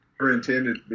intended